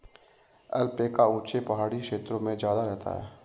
alpaca ऊँचे पहाड़ी क्षेत्रों में ज्यादा रहता है